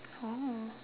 oh